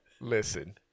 Listen